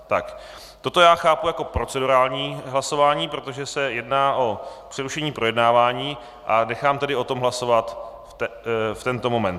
Tak toto já chápu jako procedurální hlasování, protože se jedná o přerušení projednávání, a nechám tedy o tom hlasovat v tento moment.